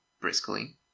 briskly